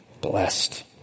blessed